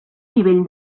nivell